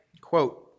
quote